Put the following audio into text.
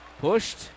Pushed